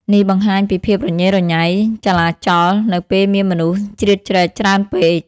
នេះបង្ហាញពីភាពរញ៉េរញ៉ៃ ចលាចល នៅពេលមានមនុស្សជ្រៀតជ្រែកច្រើនពេក។